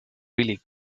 really